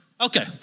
Okay